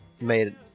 made